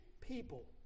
people